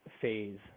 phase